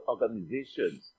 organizations